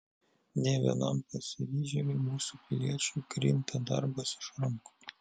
ne vienam pasiryžėliui mūsų piliečiui krinta darbas iš rankų